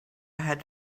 had